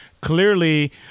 clearly